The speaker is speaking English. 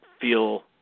feel –